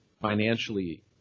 financially